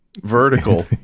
vertical